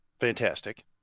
fantastic